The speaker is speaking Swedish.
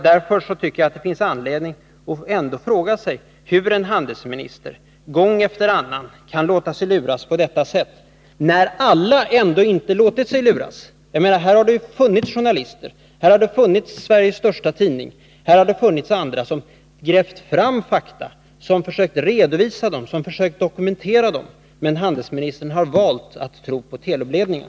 Därför tycker jag att det finns anledning att fråga sig hur en handelsminister gång efter annan kan låta sig luras på detta sätt, när alla ändå inte låtit sig luras. Här har journalister, här har Sveriges största tidning, här har andra grävt fram fakta. De har försökt redovisa dem och dokumentera dem, men handelsministern har valt att tro på Telubledningen.